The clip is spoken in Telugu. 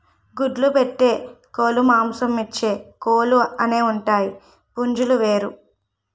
గుడ్లు పెట్టే కోలుమాంసమిచ్చే కోలు అనేవుంటాయి పుంజులు వేరు